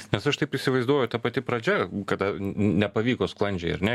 nes aš taip įsivaizduoju ta pati pradžia kada nepavyko sklandžiai ar ne